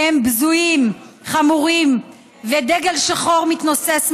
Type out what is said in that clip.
הם בזויים, חמורים ודגל שחור מתנוסס מעליהם.